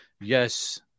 yes